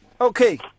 Okay